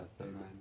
Amen